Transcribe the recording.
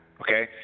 Okay